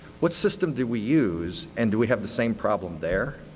what system do we use, and do we have the same problem there?